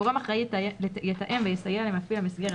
גורם אחראי יתאם ויסייע למפעיל המסגרת